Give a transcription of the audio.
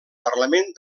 parlament